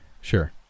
sure